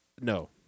no